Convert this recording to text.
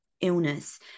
illness